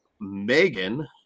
Megan